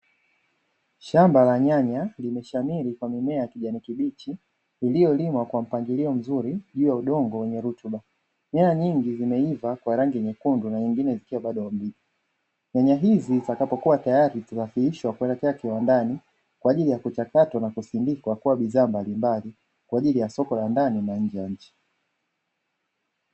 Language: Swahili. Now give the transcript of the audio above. Shamba la nyanya limeshamiri kwa mimea ya kijani kibichi iliyolimwa kwa mpangilio mzuri juu ya udongo wenye rutuba nyanya nyingi zimeiva kwa rangi nyekundu na nyingine zikiwa bado mbichi, nyanya hizi zitakapokuwa tayari zitasafirishwa kuelekea kiwandani kwa ajili ya kuchakatwa na kusindikwa kuwa bidhaa mbalimbali kwa ajili ya soko la ndani na nje ya nchi.